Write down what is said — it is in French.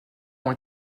ont